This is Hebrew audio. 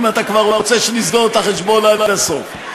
אם אתה כבר רוצה שנסגור את החשבון עד הסוף.